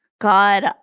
God